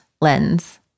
lens